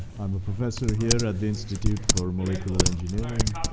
i'm a professor here at the institute for molecular engineering.